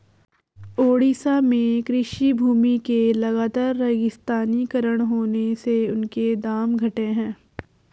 ओडिशा में कृषि भूमि के लगातर रेगिस्तानीकरण होने से उनके दाम घटे हैं